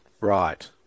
Right